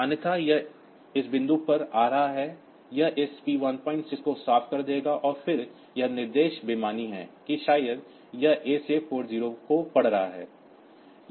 अन्यथा यह इस बिंदु पर आ रहा है यह इस P16 को साफ कर देगा और फिर यह निर्देश बेमानी है कि शायद यह A से पोर्ट 0 को पढ़ रहा है